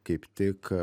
kaip tik